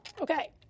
Okay